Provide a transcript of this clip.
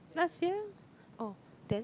last year oh then